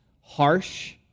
harsh